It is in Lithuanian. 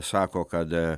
sako kad